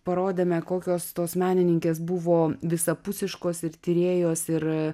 parodėme kokios tos menininkės buvo visapusiškos ir tyrėjos ir